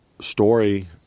story